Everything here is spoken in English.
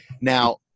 Now